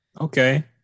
Okay